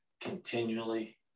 continually